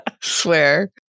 Swear